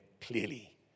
clearly